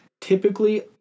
typically